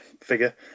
figure